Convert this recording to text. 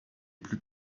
plus